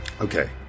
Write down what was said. Okay